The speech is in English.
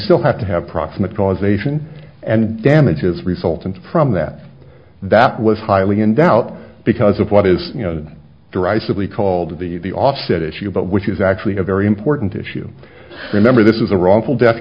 still have to have proximate cause ation and damages resulting from that that was highly in doubt because of what is derisively called the offset issue but which is actually a very important issue remember this is a wrongful death